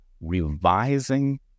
revising